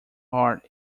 heart